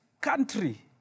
country